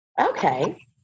Okay